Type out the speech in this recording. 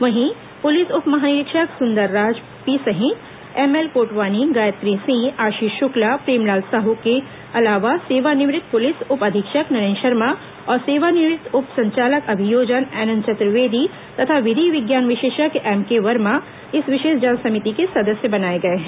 वहीं पुलिस उप महानिरीक्षक सुंदरराज पी सहित एमएल कोटवानी गायत्री सिंह आशीष शुक्ला प्रेमलाल साहू के अलावा सेवानिवृत्त पुलिस उप अधीक्षक नरेंद्र शर्मा और सेवानिवृत्त उप संचालक अभियोजन एनएन चतुर्वेदी तथा विधि विज्ञान विशेषज्ञ एमके वर्मा इस विशेष जांच समिति के सदस्य बनाए गए हैं